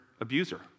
abuser